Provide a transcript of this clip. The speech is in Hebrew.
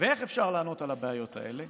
ואיך אפשר לענות על הבעיות האלה,